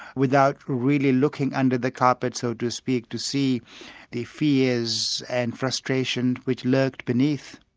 without really looking under the carpet, so to speak, to see the fears and frustration which lurked beneath.